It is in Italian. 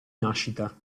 nascita